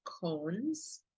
cones